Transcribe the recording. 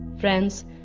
Friends